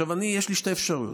יש לי שתי אפשרויות.